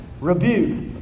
rebuke